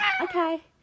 Okay